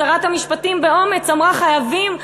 שרת המשפטים באומץ אמרה: חייבים,